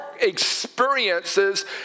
experiences